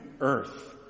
earth